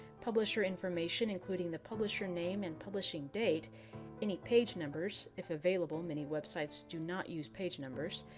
publisher information, including the publisher name and publishing date any page numbers, if available. many websites do not use page numbers.